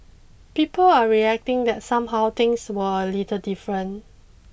people are reacting that somehow things were a little different